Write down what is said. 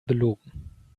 belogen